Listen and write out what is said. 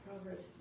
Proverbs